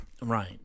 Right